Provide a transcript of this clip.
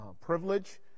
privilege